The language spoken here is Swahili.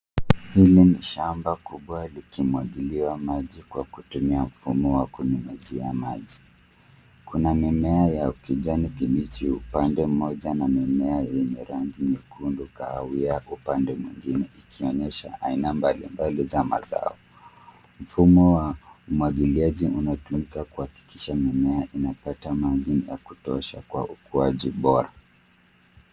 Hili ni shamba kubwa likimwagiliwa maji kwa kutumia mfumo wa kunyunyuzia maji. Kuna mimea ya kijani kibichi upande mmoja, na mimea yenye rangi nyekundu kahawia upande mwingine ikionyesha aina mbalimbali za mazao. Mfumo wa umwagiliaji unatumika kuhakikisha mimea inapata maji ya kutosha kwa ukuaji bora.